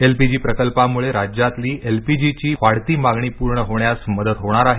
L P G प्रकल्पामुळे राज्यातली L P G ची वाढती मागणी पूर्ण होण्यास मदत होणार आहे